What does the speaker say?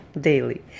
daily